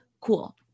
Cool